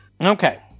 Okay